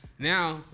Now